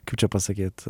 kaip čia pasakyt